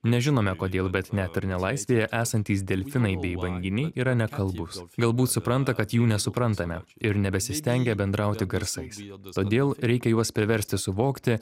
nežinome kodėl bet net ir nelaisvėje esantys delfinai bei banginiai yra nekalbūs galbūt supranta kad jų nesuprantame ir nebesistengia bendrauti garsais todėl reikia juos priversti suvokti